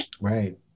Right